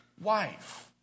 wife